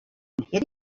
hitting